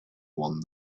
one